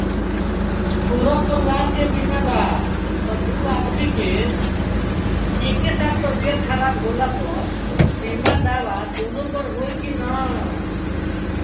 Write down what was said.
पूरा परिवार के बीमा बा त दु आदमी के एक साथ तबीयत खराब होला पर बीमा दावा दोनों पर होई की न?